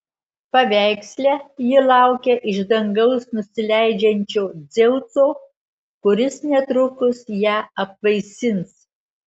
paveiksle ji laukia iš dangaus nusileidžiančio dzeuso kuris netrukus ją apvaisins